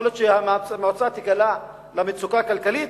יכול להיות שהמועצה תיקלע למצוקה כלכלית,